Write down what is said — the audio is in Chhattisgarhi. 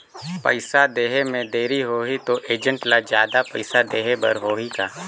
पइसा देहे मे देरी होही तो एजेंट ला जादा पइसा देही बर होही का?